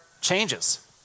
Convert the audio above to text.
changes